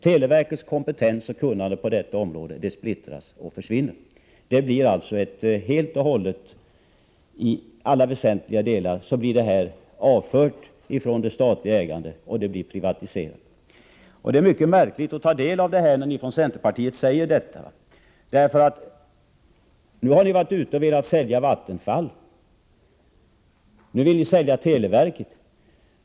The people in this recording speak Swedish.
Televerkets kompetens och kunnande på detta område splittras och försvinner. Verksamheten blir helt och hållet, i alla väsentliga delar, avförd från det statliga ägandet och privatiserad. Det är mycket märkligt att centerpartiet säger detta. Ni har velat sälja Vattenfall — nu vill ni sälja televerket.